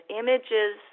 images